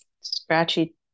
scratchy